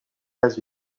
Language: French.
pas